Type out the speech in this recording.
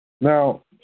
Now